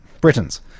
Britons